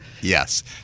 Yes